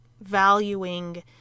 valuing